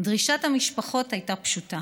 דרישת המשפחות הייתה פשוטה: